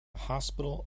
hospital